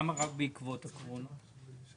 למה רק בעקבות הקורונה?